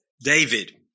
David